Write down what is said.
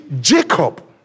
Jacob